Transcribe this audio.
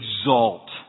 exalt